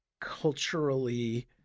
culturally